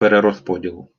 перерозподілу